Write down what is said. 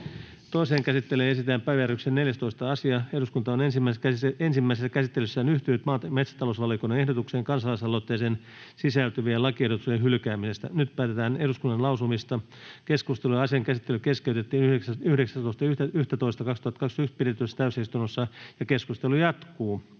Toiseen käsittelyyn esitellään päiväjärjestyksen 14. asia. Eduskunta on ensimmäisessä käsittelyssä yhtynyt maa- ja metsätalousvaliokunnan ehdotukseen kansalaisaloitteeseen sisältyvien lakiehdotusten hylkäämisestä. Nyt päätetään eduskunnan lausumista. Keskustelu ja asian käsittely keskeytettiin 19.11.2021 pidetyssä täysistunnossa. Keskustelu jatkuu.